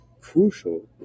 crucial